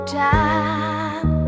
time